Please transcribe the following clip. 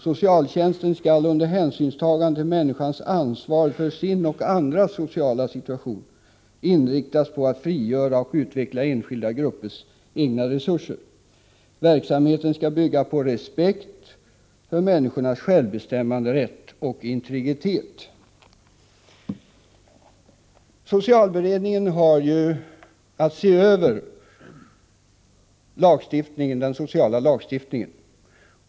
Socialtjänsten skall under hänsynstagande till människans ansvar för sin och andras sociala situation inriktas på att frigöra och utveckla enskildas och gruppers egna resurser. Verksamheten skall bygga på respekt för människornas självbestämmanderätt och integritet.” Socialberedningen har ju att se över den sociala lagstiftningen.